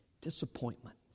disappointment